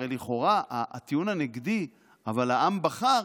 הרי לכאורה הטיעון הנגדי, אבל העם בחר,